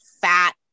fat